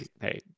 hey